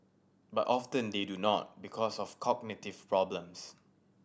but often they do not because of cognitive problems